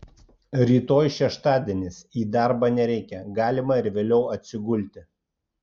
rytoj šeštadienis į darbą nereikia galima ir vėliau atsigulti